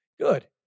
good